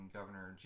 Governor